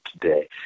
today